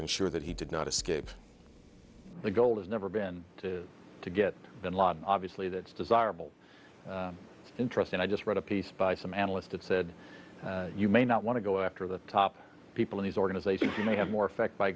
ensure that he did not escape the goal has never been to get bin laden obviously that's desirable it's interesting i just read a piece by some analysts that said you may not want to go after the top people in these organizations who may have more effect by